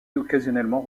occasionnellement